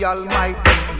Almighty